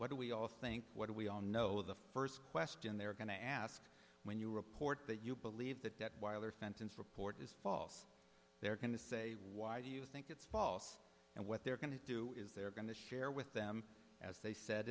what do we all think what do we all know the first question they're going to ask when you report that you believe that detweiler fenton's report is false they're going to say why do you think it's false and what they're going to do is they're going to share with them as they s